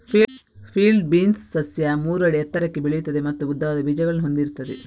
field beans ಸಸ್ಯ ಮೂರು ಅಡಿ ಎತ್ತರಕ್ಕೆ ಬೆಳೆಯುತ್ತದೆ ಮತ್ತು ಉದ್ದವಾದ ಬೀಜಗಳನ್ನು ಹೊಂದಿರುತ್ತದೆ